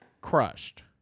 crushed